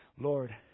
Lord